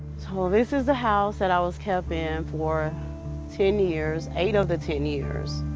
so this is the house that i was kept in for ten years eight of the ten years.